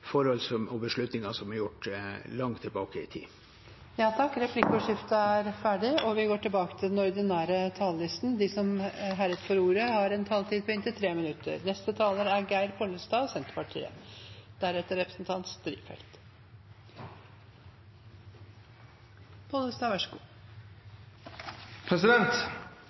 og beslutninger som er gjort langt tilbake i tid. Replikkordskiftet er omme. De talere som heretter får ordet, har en taletid på inntil 3 minutter. Det er